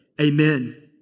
amen